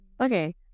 Okay